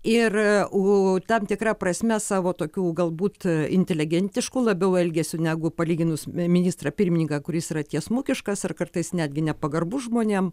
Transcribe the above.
ir o tam tikra prasme savo tokių galbūt inteligentišku labiau elgesiu negu palyginus ministrą pirmininką kuris yra tiesmukiškas ar kartais netgi nepagarbus žmonėm